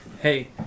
Hey